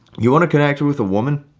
you want to connect with a woman,